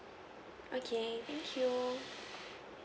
okay thank you